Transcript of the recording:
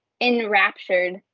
enraptured